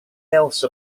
else